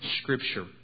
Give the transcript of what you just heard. Scripture